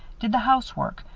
did the housework,